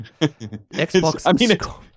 Xbox